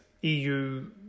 EU